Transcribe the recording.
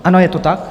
Ano, je to tak.